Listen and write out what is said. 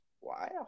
Wow